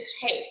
take